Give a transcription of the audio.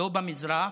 לא במזרח,